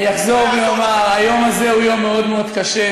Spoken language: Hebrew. אני אחזור ואומר: היום הזה הוא יום מאוד מאוד קשה.